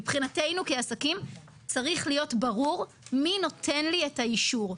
מבחינתנו כעסקים צריך להיות ברור מי נותן לי את האישור.